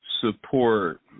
support